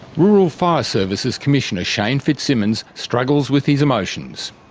rural fire services commissioner shane fitzsimmons struggles with his emotions.